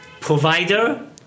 Provider